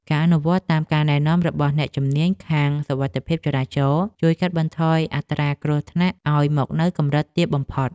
ការអនុវត្តតាមការណែនាំរបស់អ្នកជំនាញខាងសុវត្ថិភាពចរាចរណ៍ជួយកាត់បន្ថយអត្រាគ្រោះថ្នាក់ឱ្យមកនៅកម្រិតទាបបំផុត។